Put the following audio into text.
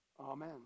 Amen